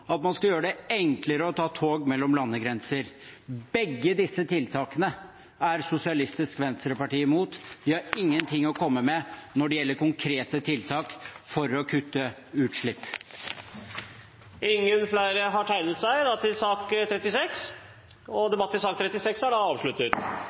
at man skal gjøre det enklere å ta tog mellom landegrenser. Begge disse tiltakene er Sosialistisk Venstreparti imot. De har ingenting å komme med når det gjelder konkrete tiltak for å kutte utslipp. Flere har ikke bedt om ordet til sak nr. 36. Sakens ordfører, Ketil Kjenseth, har 15 minutters taletid, men det